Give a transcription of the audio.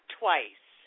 twice